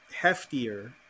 heftier